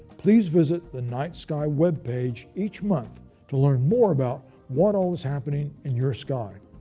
please visit the night sky web page each month to learn more about what all is happening in your sky.